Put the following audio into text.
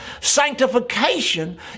Sanctification